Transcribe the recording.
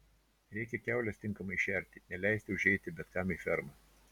reikia kiaules tinkamai šerti neleisti užeiti bet kam į fermą